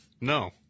No